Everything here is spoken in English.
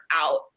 out